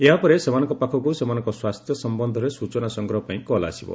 ଏହାପରେ ସେମାନଙ୍କ ପାଖକୁ ସେମାନଙ୍କ ସ୍ୱାସ୍ଥ୍ୟ ସମ୍ପନ୍ଧରେ ସୂଚନା ସଂଗ୍ରହ ପାଇଁ କଲ୍ ଆସିବ